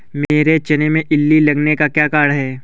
मेरे चने में इल्ली लगने का कारण क्या है?